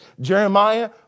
Jeremiah